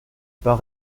pas